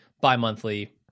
bi-monthly